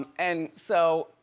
and so,